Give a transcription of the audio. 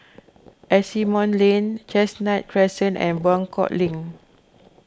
Asimont Lane Chestnut Crescent and Buangkok Link